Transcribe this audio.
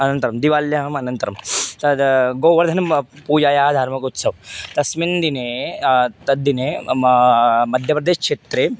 अनन्तरं दीवाल्याम् अनन्तरं तद् गोवर्धनं पूजायाः धार्मिकोत्सवः तस्मिन् दिने तद्दिने म मध्यप्रदेशक्षेत्रे